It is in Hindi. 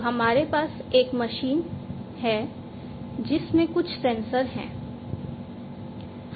तो हमारे पास एक मशीन 1 है जिसमें कुछ सेंसर हैं